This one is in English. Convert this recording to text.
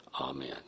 amen